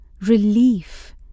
relief